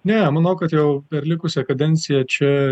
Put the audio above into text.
ne manau kad jau per likusią kadenciją čia